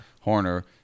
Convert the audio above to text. Horner